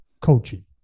coaching